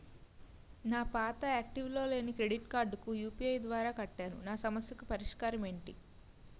నా పాత యాక్టివ్ లో లేని క్రెడిట్ కార్డుకు యు.పి.ఐ ద్వారా కట్టాను నా సమస్యకు పరిష్కారం ఎంటి?